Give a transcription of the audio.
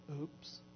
Oops